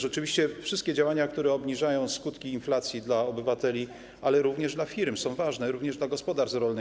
Rzeczywiście wszystkie działania, które obniżają skutki inflacji dla obywateli, ale również dla firm, są ważne - również dla gospodarstw rolnych.